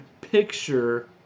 picture